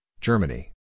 Germany